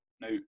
now